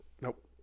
Nope